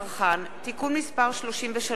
הצרכן (תיקון מס' 33),